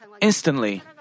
instantly